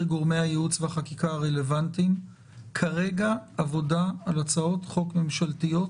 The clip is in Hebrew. גורמי הייעוץ והחקיקה הרלוונטיים עבודה על הצעות חוק ממשלתיות